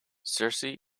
searcy